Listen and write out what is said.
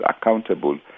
accountable